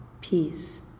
Peace